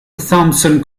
thomson